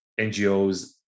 NGOs